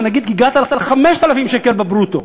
ונגיד שהגעת ל-5,000 שקל בברוטו,